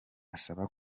asaba